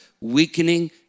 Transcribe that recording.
weakening